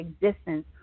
existence